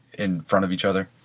in front of each other?